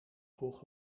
vroeg